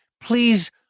please